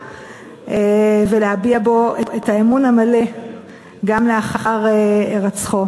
ולהביע בו את האמון המלא גם לאחר הירצחו.